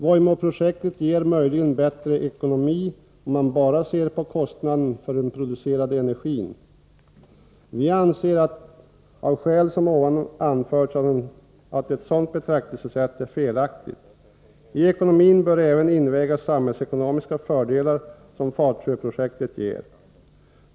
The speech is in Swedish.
Vojmåprojektet ger möjligen bättre ekonomi, om man bara ser på kostnaden för den producerade energin. Vi anser, av skäl som anförts, att ett sådant betraktelsesätt är felaktigt. I ekonomin bör även invägas de samhällsekonomiska fördelar som Fatsjöprojektet ger.